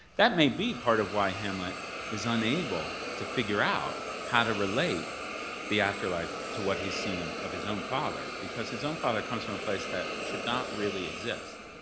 that may be part of why hamlet is unable to figure out how to relate the afterlife to what he's seen of his own father, because his own father comes from a place that should not really exist,